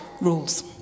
rules